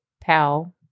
pal